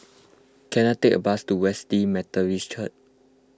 can I take a bus to Wesley Methodist Church